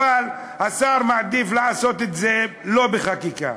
אבל השר מעדיף לעשות את זה לא בחקיקה.